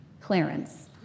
Clarence